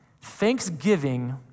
thanksgiving